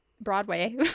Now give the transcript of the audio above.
Broadway